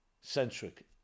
centric